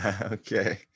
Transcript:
Okay